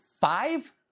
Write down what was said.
five